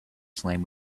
slam